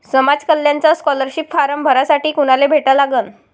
समाज कल्याणचा scholarship form भरासाठी कुनाले भेटा लागन?